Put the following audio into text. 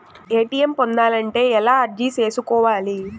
ATM పొందాలంటే ఎలా అర్జీ సేసుకోవాలి?